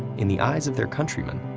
in the eyes of their countrymen,